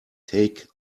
take